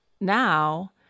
now